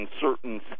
certain